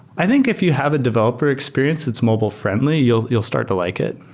i think if you have a developer experience that's mobile-friendly, you'll you'll start to like it.